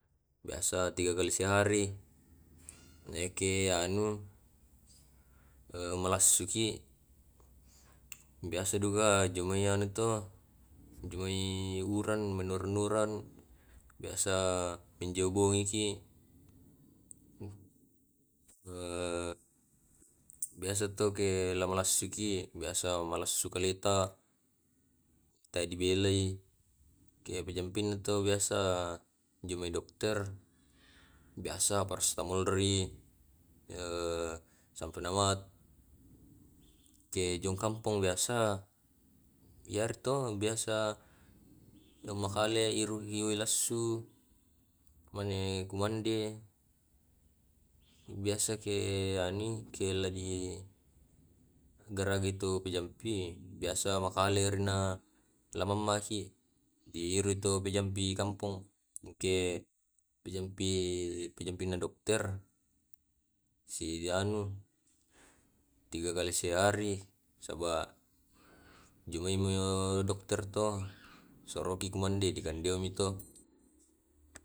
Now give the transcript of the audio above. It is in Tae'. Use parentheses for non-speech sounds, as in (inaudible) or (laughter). Biasa tiga kali sehari, (noise) Yake anu eh (hesitation) malassuki biasa duka jongai anu toh, jongai uran monar uran biasa pinjoboiki. Eh (hesitation) biasa to ke lao malassui, biasa malassu kaleta. Itai di belei, kepejampinna to biasa jomai dokter biasa paracetamol ri, eh (hesitation) asam penamat, kejong kampong biasa iyaretto biasa anu makale iru wai lassu. Mane ku mande, biasa ke anui ke lagi garagai to pejampi biasa makale rinna lamammakki, di irito pajampi kampong ke pejampi pejampinna dokter. Si anu tiga kali sehari saba, jomoi emoi di dokter to. Soroki ku mande dikandeang mi to. (noise)